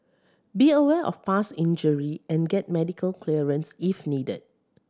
be aware of past injury and get medical clearance if needed